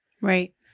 Right